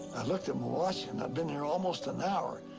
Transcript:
i looked at my watch, and i'd been here almost an hour.